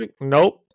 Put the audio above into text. Nope